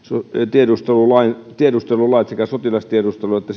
tiedustelulait sekä sotilastiedustelu että